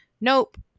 Nope